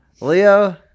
Leo